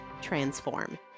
transform